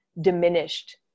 diminished